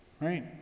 Right